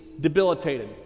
debilitated